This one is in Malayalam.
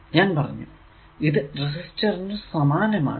ഞാൻ പറഞ്ഞു ഇത് റെസിസ്റ്റർ നു സമാനമാണ്